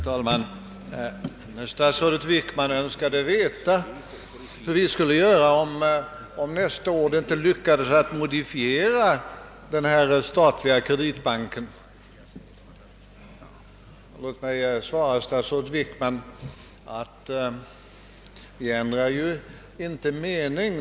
Herr talman! Statsrådet Wickman önskade veta vad vi skulle göra om det nästa år inte lyckades oss att modifiera den här statliga kreditbanken. Låt mig svara statsrådet Wickman att vi inte tänker ändra mening.